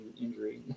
injury